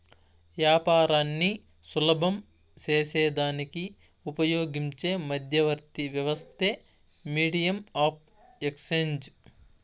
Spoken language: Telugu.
యాపారాన్ని సులభం సేసేదానికి ఉపయోగించే మధ్యవర్తి వ్యవస్థే మీడియం ఆఫ్ ఎక్స్చేంజ్